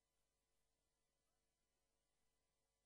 למדינת